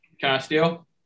Castillo